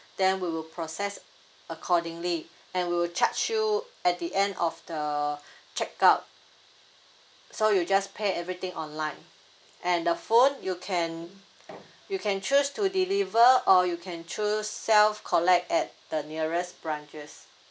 then we will process accordingly and we will charge you at the end of the check out so you just pay everything online and the phone you can you can choose to deliver or you can choose self collect at the nearest branches